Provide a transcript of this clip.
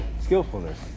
skillfulness